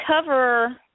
cover